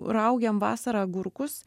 raugiam vasarą agurkus